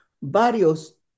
varios